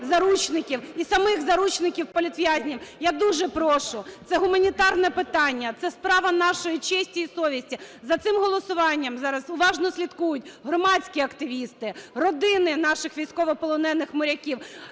заручників і самих заручників, політв'язнів?! Я дуже прошу, це гуманітарне питання, це справа нашої честі і совісті. За цим голосуванням зараз уважно слідкують громадські активісти, родини наших військовополонених моряків.